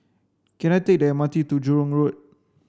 can I take the M R T to Jurong Road